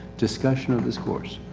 discussion of this course.